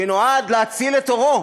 שנועד להציל את עורו,